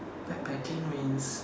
backpacking means